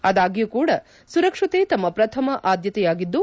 ಆದಾಗ್ಡ್ ಕೂಡ ಸುರಕ್ಷತೆ ತಮ್ನ ಪ್ರಥಮ ಆದ್ದತೆಯಾಗಿದ್ದು